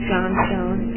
Johnstone